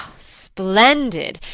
splendid!